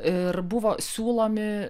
ir buvo siūlomi